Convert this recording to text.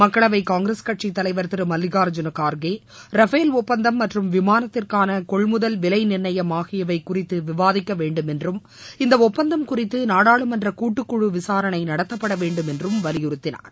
மக்களவை காங்கிரஸ் கட்சி தலைவர் திரு மல்லிகார்ஜூன கார்கே ரஃபேல் ஒப்பந்தம் மற்றும் விமானத்திற்கான கொள்முதல் விலை நிர்ணயம் ஆகியவை குறித்து விவாதிக்க வேண்டும் என்றும் இந்த ஒப்பந்தம் குறித்து நாடாளுமன்ற கூட்டுக்குழு விசாரணை நடத்தப்பட வேண்டும் என்றும் வலியுறுத்தினார்